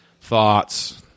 thoughts